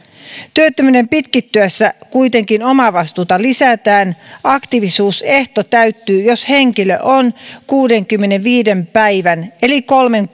työttömyyden pitkittyessä kuitenkin omavastuuta lisätään aktiivisuusehto täyttyy jos henkilö on kuudenkymmenenviiden päivän eli kolmen